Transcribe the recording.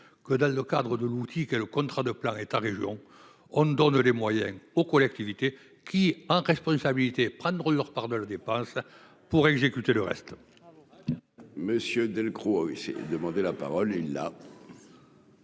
que dans le cadre de l'outil que le contrat de plan État-Région on ne donne les moyens aux collectivités qui en responsabilité prendre eurent par le dépense pour exécuter le reste. Monsieur Delcroix c'est demandé la parole est là.